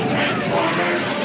Transformers